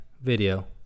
video